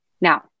Now